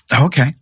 okay